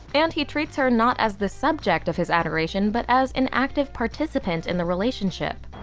and he treats her not as the subject of his adoration but as an active participant in the relationship.